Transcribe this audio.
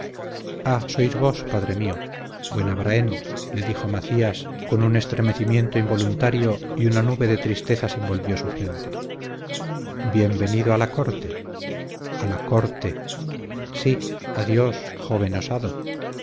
padre mío buen abrahem le dijo macías con un estremecimiento involuntario y una nube de tristeza envolvió su frente bien venido a la corte a la corte sí adiós joven osado